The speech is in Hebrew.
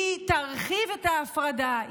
היא תרחיב את ההפרדה,